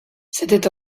c’était